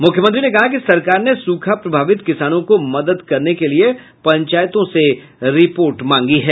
मुख्यमंत्री ने कहा कि सरकार ने सूखा प्रभावित किसानों को मदद करने के लिये पंचायतों से रिपोर्ट मांगी है